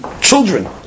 children